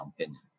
opinion